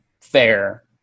fair